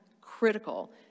critical